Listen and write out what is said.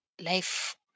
life